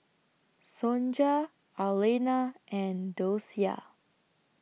Sonja Arlena and Docia